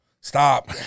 Stop